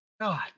God